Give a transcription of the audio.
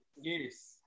Yes